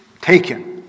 taken